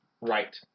Right